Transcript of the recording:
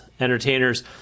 entertainers